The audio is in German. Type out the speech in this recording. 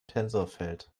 tensorfeld